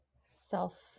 Self